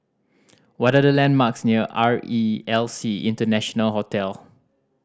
what are the landmarks near R E L C International Hotel